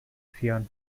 zion